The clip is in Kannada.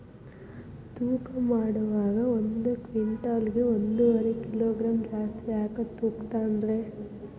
ತೂಕಮಾಡುವಾಗ ಒಂದು ಕ್ವಿಂಟಾಲ್ ಗೆ ಒಂದುವರಿ ಕಿಲೋಗ್ರಾಂ ಜಾಸ್ತಿ ಯಾಕ ತೂಗ್ತಾನ ರೇ?